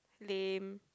lame